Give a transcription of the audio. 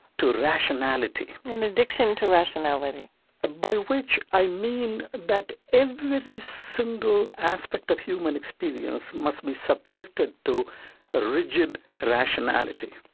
to rationality an addiction to rationality ah by which i mean that every single aspect of human experience must be subjected to ah rigid rationality.